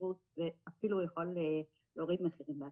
בעצם המעורבות של הרשות מאפשרת להכניס שיקול דעת